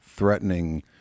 threatening